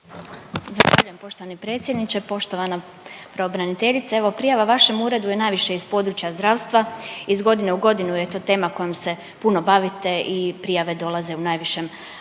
Zahvaljujem poštovani predsjedniče. Poštovana pravobraniteljice, evo prijava vašem uredu je najviše iz područja zdravstva, iz godine u godinu je to tema kojom se puno bavite i prijave dolaze u najvišem